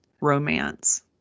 romance